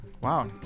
Wow